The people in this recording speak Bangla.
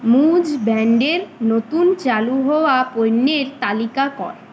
মুজ ব্র্যান্ডের নতুন চালু হওয়া পণ্যের তালিকা কর